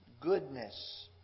Goodness